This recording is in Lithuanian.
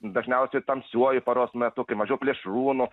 dažniausiai tamsiuoju paros metu kai mažiau plėšrūnų